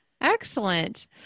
Excellent